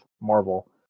Marvel